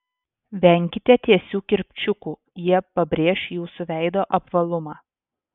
venkite tiesių kirpčiukų jie pabrėš jūsų veido apvalumą